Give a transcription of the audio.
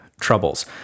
troubles